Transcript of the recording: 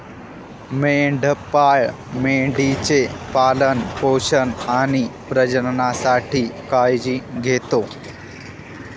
मेंढपाळ मेंढी चे पालन पोषण आणि प्रजननासाठी काळजी घेतो